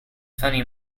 funny